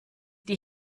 die